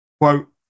Quote